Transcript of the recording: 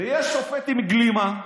ויש שופט עם גלימה בירושלים,